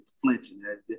Flinching